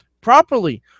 properly